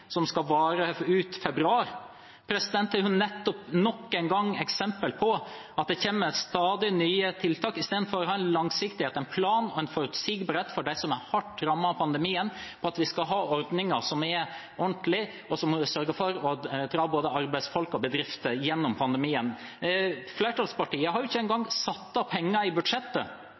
som skal vare ut februar. Det er nok en gang et eksempel på at det kommer stadig nye tiltak, istedenfor å ha langsiktighet, ha en plan og en forutsigbarhet for dem som er hardt rammet av pandemien, om at vi skal ha ordninger som er ordentlige. Så må vi sørge for å dra både arbeidsfolk og bedrifter igjennom pandemien. Flertallspartiene har ikke engang satt av penger i budsjettet